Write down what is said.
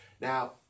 Now